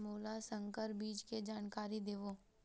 मोला संकर बीज के जानकारी देवो?